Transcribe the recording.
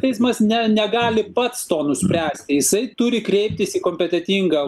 teismas ne negali pats to nuspręsti jisai turi kreiptis į kompetentingą